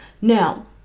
Now